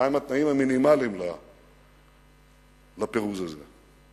מהם התנאים המינימליים לפירוז הזה.